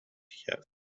کرد